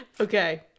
Okay